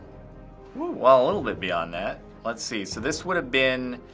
woo. well, a little bit beyond that. let's see. so this would have been.